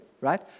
right